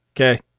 okay